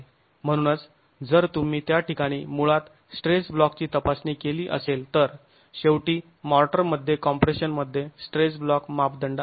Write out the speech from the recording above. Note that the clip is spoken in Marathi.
आणि म्हणूनच जर तुम्ही त्या ठिकाणी मुळात स्ट्रेस ब्लॉकची तपासणी केली असेल तर शेवटी माॅर्टर मध्ये कॉंम्प्रेशन मध्ये स्ट्रेस ब्लॉक मापदंड आणा